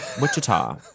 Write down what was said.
Wichita